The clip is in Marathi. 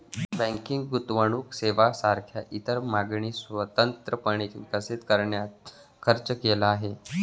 बँकिंग गुंतवणूक सेवांसारख्या इतर मार्गांनी स्वतंत्रपणे विकसित करण्यात खर्च केला आहे